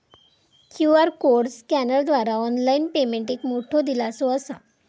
QR code स्कॅनरद्वारा online payment एक मोठो दिलासो असा